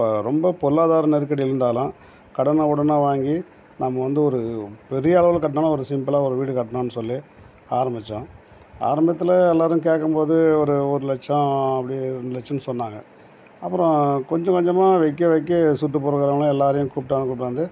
இப்போ ரொம்ப பொருளாதார நெருக்கடி இருந்தாலும் கடனை உடன் வாங்கி நம்ம வந்து ஒரு பெரிய அளவில் கட்டாமல் ஒரு சிம்பிளாக ஒரு வீடு கட்டணும்னு சொல்லி ஆரம்மிச்சோம் ஆரம்பத்தில் எல்லோரும் கேட்கும் போது ஒரு ஒரு லட்சம் அப்படி ரெண்டு லட்சம்னு சொன்னாங்க அப்புறம் கொஞ்சம் கொஞ்சமாக வைக்க வைக்க சுற்றுப்புறம் இருக்கிறவங்க எல்லோரையும் கூப்பிட்டோம் கூப்பிட்டு வந்து